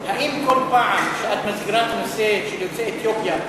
האם כל פעם שאת מזכירה את הנושא של יוצאי אתיופיה,